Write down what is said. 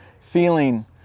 feeling